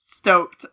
stoked